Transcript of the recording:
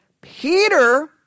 Peter